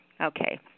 Okay